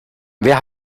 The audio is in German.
wer